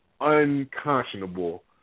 unconscionable